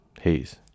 haze